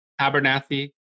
Abernathy